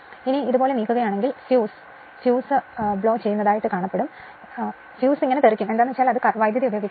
ഇത് ഇതുപോലെ നീക്കുകയാണെങ്കിൽ ഫ്യൂസ് പോകും കാരണം അത് വൈദ്യുതി ഉപയോഗിക്കും